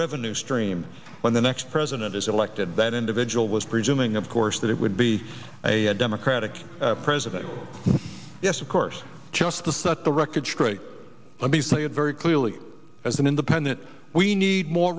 revenue stream when the next president is elected that individual was presuming of course that it would be a democratic president yes of course just the thought the record straight let me say it very clearly as an independent we need more